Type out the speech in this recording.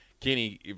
Kenny